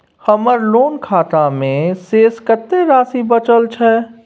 हमर लोन खाता मे शेस कत्ते राशि बचल छै?